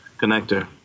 connector